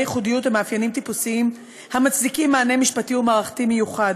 ייחודיות ומאפיינים טיפוסיים המצדיקים מענה משפטי ומערכתי מיוחד,